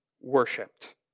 worshipped